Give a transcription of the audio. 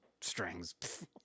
strings